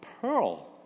pearl